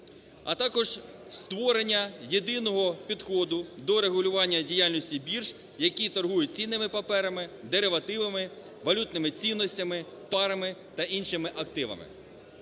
а також створення єдиного підходу до регулювання діяльності бірж, які торгують цінними паперами, деривативами, валютними цінностями, товарами та іншими активами.